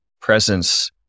presence